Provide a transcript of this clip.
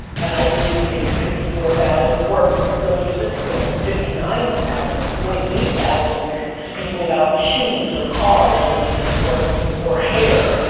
and i believe can make sixty four thousand, or let me use this example, fifty nine thousand, or forty eight thousand speaking about shoes, or cars, or or hair,